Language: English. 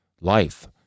life